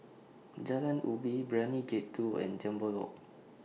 Jalan Ubi Brani Gate two and Jambol Walk